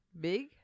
Big